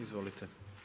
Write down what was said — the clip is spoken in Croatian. Izvolite.